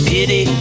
Pity